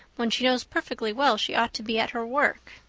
when she knows perfectly well she ought to be at her work.